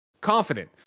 Confident